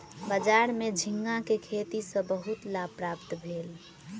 बजार में झींगा के खेती सॅ बहुत लाभ प्राप्त भेल